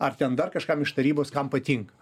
ar ten dar kažkam iš tarybos kam patinka